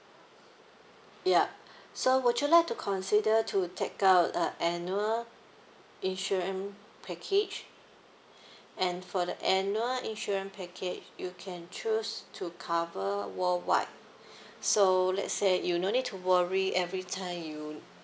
ya so would you like to consider to take out a annual insurance package and for the annual insurance package you can choose to cover worldwide so let's say you no need to worry every time you